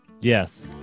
Yes